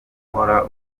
ugukora